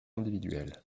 individuel